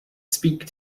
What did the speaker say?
speak